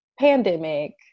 pandemic